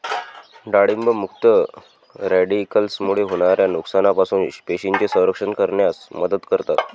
डाळिंब मुक्त रॅडिकल्समुळे होणाऱ्या नुकसानापासून पेशींचे संरक्षण करण्यास मदत करतात